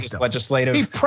legislative